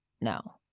no